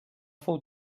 fou